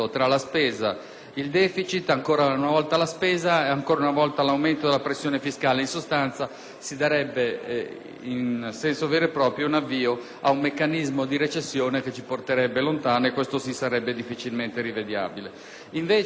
il deficit, ancora una volta la spesa e ancora una volta l'aumento della pressione fiscale. In sostanza, si darebbe, nel senso vero e proprio, avvio ad un meccanismo di recessione che ci porterebbe lontano e questo, sì, sarebbe difficilmente rimediabile.